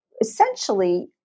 Essentially